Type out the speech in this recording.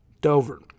Dover